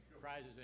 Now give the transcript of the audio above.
prizes